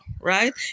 right